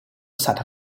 stata